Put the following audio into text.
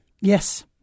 Yes